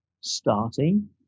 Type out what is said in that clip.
starting